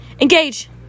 Engage